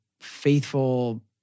faithful